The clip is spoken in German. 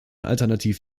alternativ